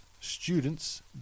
students